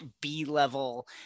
B-level